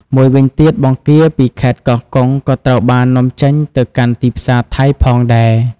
មួយវិញទៀត បង្គាពីខេត្តកោះកុងក៏ត្រូវបាននាំចេញទៅកាន់ទីផ្សារថៃផងដែរ។